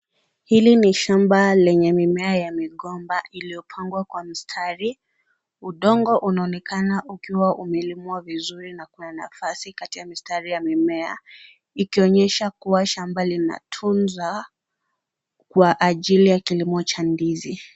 Hili ni shamba lenye mimea ya migomba iliyopangwa kwa mstari. Udongo unaonekana ukiwa umelimwa vizuri na kuna nafasi katika mstari ya mimea. Ikionyesha kuwa shamba linatunza kwa ajili ya kilimo cha ndizi.